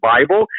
Bible